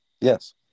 Yes